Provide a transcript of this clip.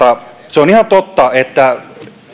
se on ihan totta että